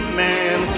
man